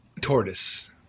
Tortoise